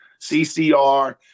CCR